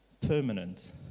permanent